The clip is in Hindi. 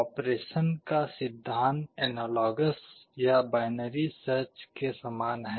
ऑपरेशन का सिद्धांत एनालॉगस या बाइनरी सर्च के समान है